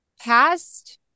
past